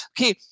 Okay